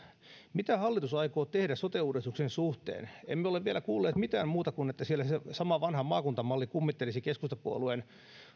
mitä hallitus aikoo tehdä sote uudistuksen suhteen emme ole vielä kuulleet mitään muuta kuin että siellä se sama vanha maakuntamalli kummittelisi keskustapuolueen